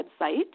website